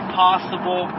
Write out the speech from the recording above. possible